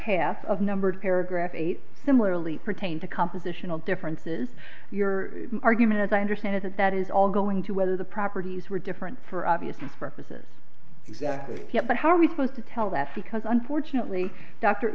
half of numbered paragraph eight similarly pertain to compositional differences your argument as i understand it that is all going to whether the properties were different for obvious purposes exactly yes but how are we supposed to tell that because unfortunately dr